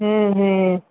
हूँ हूँ